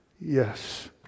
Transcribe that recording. Yes